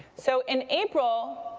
so in april,